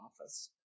office